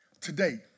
today